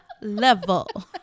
level